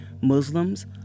Muslims